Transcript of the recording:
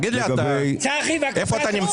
תגיד לי, איפה אתה נמצא?